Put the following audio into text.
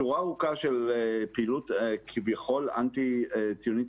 שורה ארוכה של פעילות כביכול אנטי ציונית